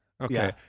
Okay